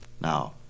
Now